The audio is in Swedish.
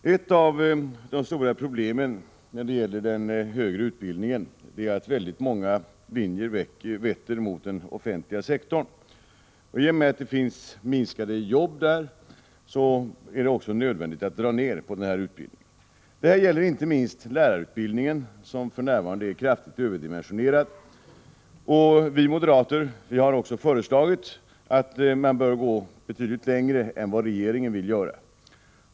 Herr talman! Ett av de stora problemen när det gäller den högre utbildningen är att många linjer vetter mot den offentliga sektorn. I och med att antalet arbeten minskar på det området är det nödvändigt att dra ned på den utbildningen. Det gäller inte minst lärarutbildningen, som för närvarande är kraftigt överdimensionerad. Vi moderater har föreslagit att man bör gå betydligt längre än vad regeringen vill göra.